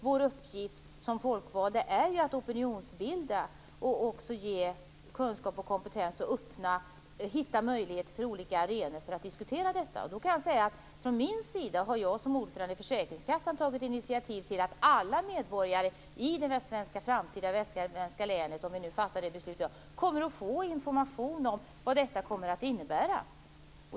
Vår uppgift som folkvalda är ju också att opinionsbilda och att ge kunskap och kompetens samt finna olika arenor för att diskutera detta. Jag har som ordförande i försäkringskassan tagit initiativ till att alla medborgare i det framtida västsvenska länet, om vi nu fattar beslut om det i dag, kommer att få information om vad detta kommer att innebära.